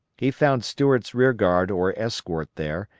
he found stuart's rear guard or escort there,